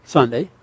Sunday